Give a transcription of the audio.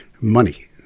money